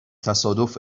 تصادف